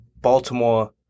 Baltimore